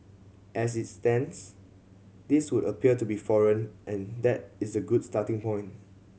as it stands these would appear to be foreign and that is a good starting point